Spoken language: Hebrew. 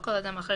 או כל אדם אחר